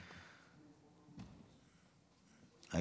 בבקשה.